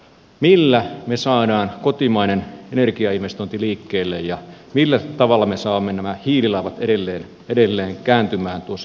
millä me saamme kotimaisen energiainvestoinnin liikkeelle ja millä tavalla me saamme nämä hiililaivat edelleen kääntymään tuossa pohjanmerellä